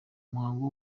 umuhango